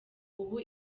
ubu